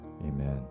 amen